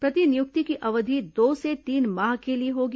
प्रतिनियुक्ति की अवधि दो से तीन माह के लिए होगी